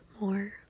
more